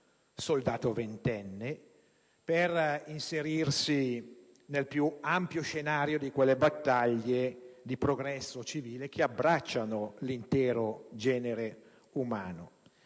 soldato ventenne, per inserirsi nel più ampio scenario di quelle battaglie di progresso civile che abbracciano l'intero genere umano.